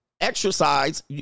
exercise